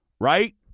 right